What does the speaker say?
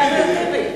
חבר הכנסת טיבי,